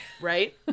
right